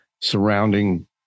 surrounding